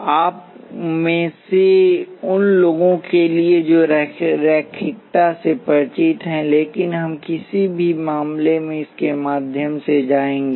आप में से उन लोगों के लिए जो रैखिकता से परिचित हैं लेकिन हम किसी भी मामले में इसके माध्यम से जाएंगे